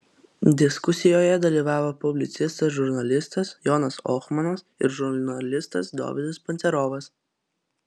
diskusijoje dalyvavo publicistas žurnalistas jonas ohmanas ir žurnalistas dovydas pancerovas